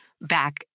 back